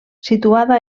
situada